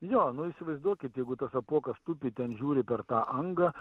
jo nu įsivaizduokit jeigu tas apuokas tupi ten žiūri per tą angą